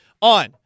on